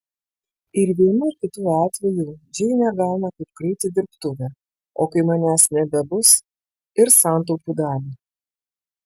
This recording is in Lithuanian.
ir vienu ir kitu atveju džeinė gauna kaip kraitį dirbtuvę o kai manęs nebebus ir santaupų dalį